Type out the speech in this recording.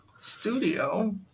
studio